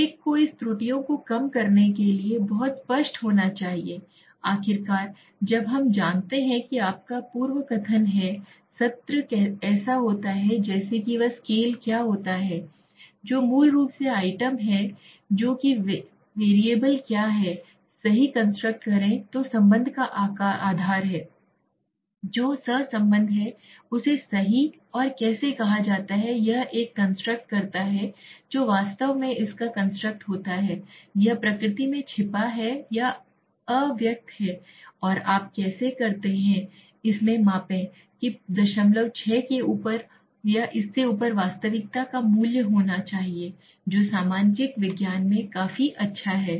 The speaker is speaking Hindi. एक को इस त्रुटियों को कम करने के लिए बहुत स्पष्ट होना चाहिए आखिरकार जब हम जानते हैं कि आप का पुनर्कथन है सत्र ऐसा होता है जैसे कि वह स्केल क्या होता है जो मूल रूप से आइटम है जो कि वैरिएबल क्या है सही कंस्ट्रक्ट करें जो संबंध का आधार है जो सहसंबंध है उसे सही और कैसे कहा जाता है एक कंस्ट्रक्ट करता है जो वास्तव में इसका कंस्ट्रक्ट होता है यह प्रकृति में छिपा या अव्यक्त है और आप कैसे करते हैं इसे मापें कि 06 के ऊपर या इससे ऊपर वास्तविकता का मूल्य होना चाहिए जो सामाजिक विज्ञान में काफी अच्छा है